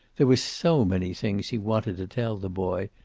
there were so many things he wanted to tell the boy.